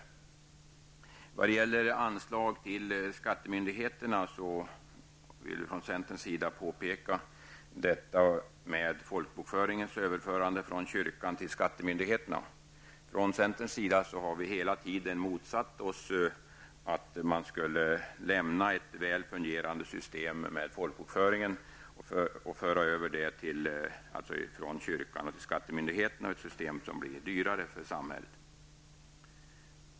När det gäller anslag till skattemyndigheterna vill vi från centerns sida säga något om överförandet av folkbokföringen från kyrkan till skattemyndigheterna. I centerpartiet har vi hela tiden motsatt oss att man skulle lämna ett väl fungerande system för folkbokföring och föra över denna från kyrkan till skattemyndigheterna. Detta system blir dessutom dyrare för samhället.